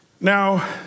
Now